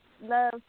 love